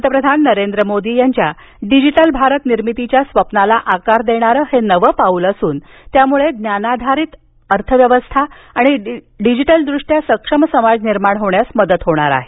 पंतप्रधान नरेंद्र मोदी यांच्या डिजिटल भारत निर्मितीच्या स्वप्नाला आकार देणारे हे नवे पाऊल असून त्यामुळे ज्ञानाधारित अर्थव्यवस्था आणि डिजिटल दृष्ट्या सक्षम समाज निर्माण होण्यास मदत होणार आहे